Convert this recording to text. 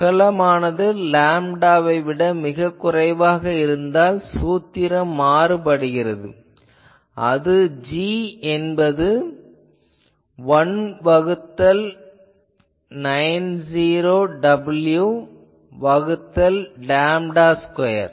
அகலமானது லேம்டாவை விட மிகக் குறைவாக இருந்தால் சூத்திரம் மாறுபடுகிறது அது G என்பது 1 வகுத்தல் 90 w வகுத்தல் லேம்டா ஸ்கொயர்